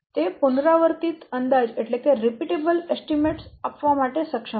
તે પુનરાવર્તિત અંદાજ આપવા માટે સક્ષમ છે